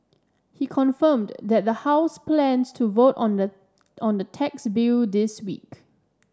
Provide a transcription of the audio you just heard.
he confirmed that the House plans to vote on the on the tax bill this week